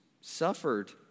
suffered